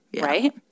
right